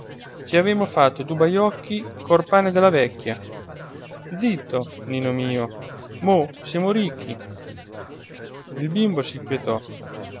ci avemo fatto du bajocchi cor pane de la vecchia zitto nino mio mo semo ricchi il bimbo si quietò